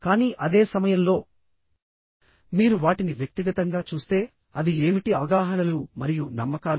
కానీ అదే సమయంలో మీరు వాటిని వ్యక్తిగతంగా చూస్తే అవి ఏమిటి అవగాహనలు మరియు నమ్మకాలు